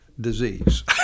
disease